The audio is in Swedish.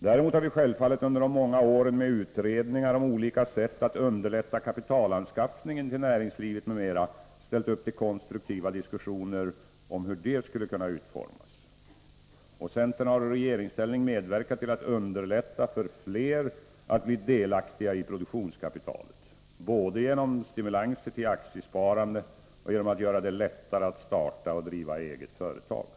Däremot har vi självfallet under de många åren med utredningar om olika sätt att underlätta kapitalanskaffningen till näringslivet m.m. ställt upp till konstruktiva diskussioner om hur det skulle kunna utformas. Centern har i regeringsställning medverkat till att underlätta för fler att bli delaktiga i produktionskapitalet, både genom stimulanser till aktiesparande och genom att göra det lättare att starta och driva egna företag.